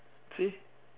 !chey!